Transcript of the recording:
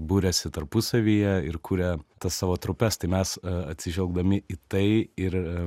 buriasi tarpusavyje ir kuria tas savo trupes tai mes atsižvelgdami į tai ir